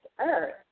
earth